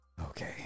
okay